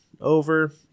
over